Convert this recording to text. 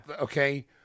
Okay